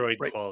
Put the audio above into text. right